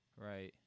Right